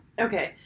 Okay